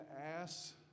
ask